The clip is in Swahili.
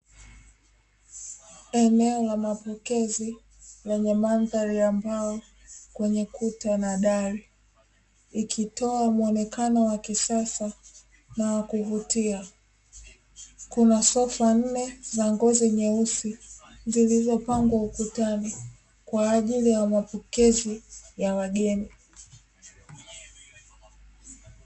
Eneo la mapokezi lenye mandhari ya mbao kwenye kuta na dali likitoa muonekano wa kisasa na wakuvutia, kuna sofa nne za ngozi nyeusi zilizo pangwa ukutani kwa ajili ya mapokezi ya wageni.